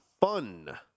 fun